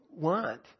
want